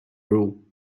rule